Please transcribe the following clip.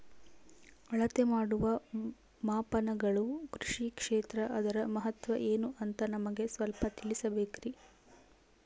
ಅಳತೆ ಮಾಡುವ ಮಾಪನಗಳು ಕೃಷಿ ಕ್ಷೇತ್ರ ಅದರ ಮಹತ್ವ ಏನು ಅಂತ ನಮಗೆ ಸ್ವಲ್ಪ ತಿಳಿಸಬೇಕ್ರಿ?